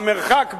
המרחק בערך,